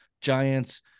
Giants